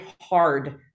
hard